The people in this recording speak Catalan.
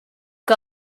que